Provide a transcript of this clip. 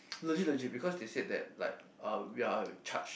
legit legit because they said that like uh we are charged